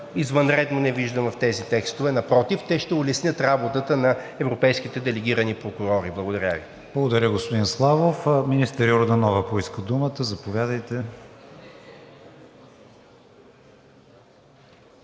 извънредно не виждам в тези текстове. Напротив, те ще улеснят работата на европейските делегирани прокурори. Благодаря Ви. ПРЕДСЕДАТЕЛ КРИСТИАН ВИГЕНИН: Благодаря, господин Славов. Министър Йорданова поиска думата. Заповядайте.